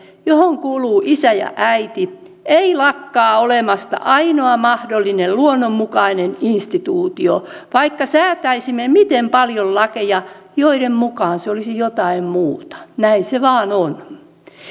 johon kuuluu isä ja äiti ei lakkaa olemasta ainoa mahdollinen luonnonmukainen instituutio vaikka säätäisimme miten paljon lakeja joiden mukaan se olisi jotain muuta näin se vain on